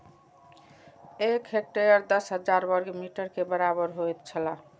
एक हेक्टेयर दस हजार वर्ग मीटर के बराबर होयत छला